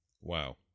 Wow